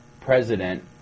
President